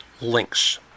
links